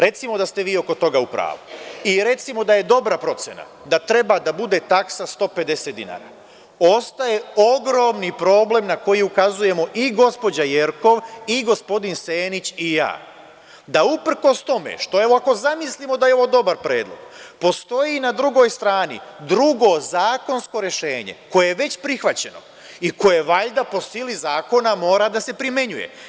Recimo da ste vi oko toga u pravu i recimo da je dobra procena da treba da bude taksa 150 dinara, ostaje ogromni problem na koji ukazujemo i gospođa Jerkov i gospodin Senić i ja, da uprkos tome što evo ako zamislimo da je ovo dobar predlog, postoji na drugoj strani drugo zakonsko rešenje koje je već prihvaćeno i koje valjda po sili zakona mora da se primenjuje.